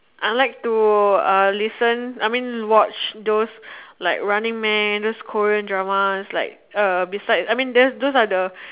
I like to uh listen I mean watch those like running man those Korean dramas like uh besides those are the